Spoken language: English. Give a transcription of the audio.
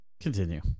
Continue